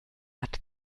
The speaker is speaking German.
hat